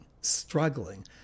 struggling